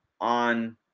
on